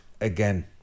again